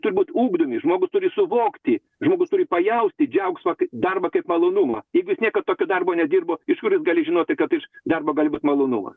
turi būt ugdomi žmogus turi suvokti žmogus turi pajausti džiaugsmą darbą kaip malonumą jeigu jis niekad tokio darbo nedirbo iš kur jis gali žinoti kad iš darbo gali būt malonumą